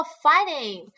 fighting